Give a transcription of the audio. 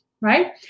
right